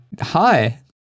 Hi